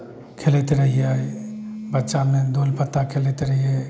खेलैत रहियै बच्चामे धूल पत्ता खेलैत रहियै